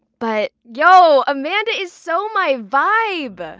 but, yo amanda is so my vibe! ah